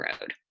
Road